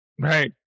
Right